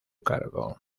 cargo